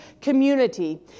community